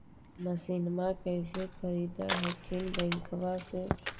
मसिनमा कैसे खरीदे हखिन बैंकबा से?